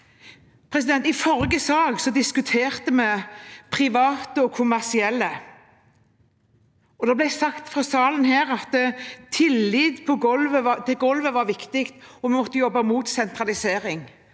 I forrige sak diskuterte vi private og kommersielle. Det ble sagt her i salen at tillit til gulvet er viktig, og at vi må jobbe mot sentralisering.